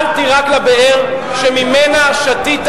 אל תירק לבאר שממנה שתית,